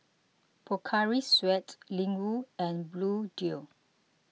Pocari Sweat Ling Wu and Bluedio